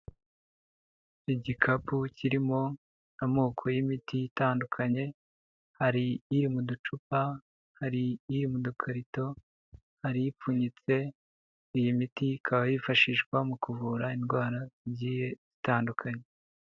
Igikapu kirimo amoko y'imiti itandukanye, hari iri mu ducupa, hari iri mu dukakarito, hari ipfunyitse, iyi miti ikaba yifashishwa mu kuvura indwara zigiye zitandukanye.